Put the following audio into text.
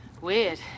Weird